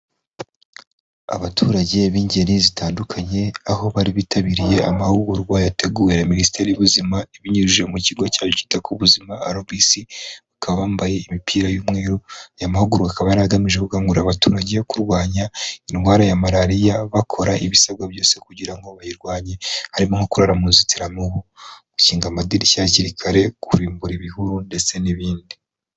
Abaturage b'ingeri zitandukanye aho bari bitabiriye amahugurwa yateguwe na Minisiteri y'ubuzima ibinyujije mu kigo cyayo cyita ku buzima RBC, bakaba bambaye imipira y'umweru. Aya mahugurwa akaba yari agamije gukangurira abaturage kurwanya indwara ya malariya, bakora ibisabwa byose kugira ngo bayirwanye, harimo nko kurara mu nzitiramubu, gukinga amadirishya hakiri kare, kurimbura ibihuru ndetse n'ibindi.